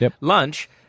Lunch